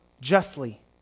justly